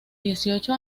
dieciocho